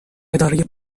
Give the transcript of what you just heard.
اداره